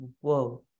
whoa